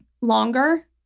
longer